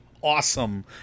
awesome